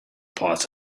parts